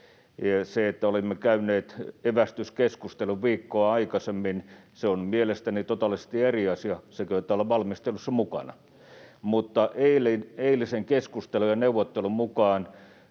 Se, että olimme käyneet evästyskeskustelun viikkoa aikaisemmin, on mielestäni totaalisesti eri asia kuin olla valmistelussa mukana. Mutta eilisen keskustelun ja neuvottelun mukaan,